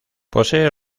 posee